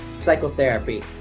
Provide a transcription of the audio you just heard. psychotherapy